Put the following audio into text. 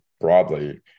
broadly